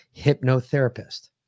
hypnotherapist